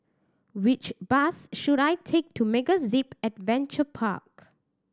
which bus should I take to MegaZip Adventure Park